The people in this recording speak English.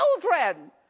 children